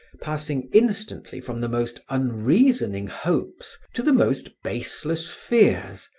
passing instantly from the most unreasoning hopes to the most baseless fears,